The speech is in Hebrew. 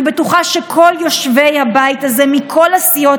אני בטוחה שכל יושבי הבית הזה מכל הסיעות